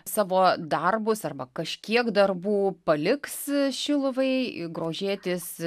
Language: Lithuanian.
savo darbus arba kažkiek darbų paliks šiluvai grožėtis